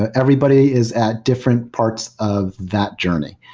ah everybody is at different parts of that journey.